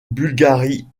bulgarie